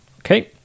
Okay